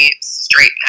straight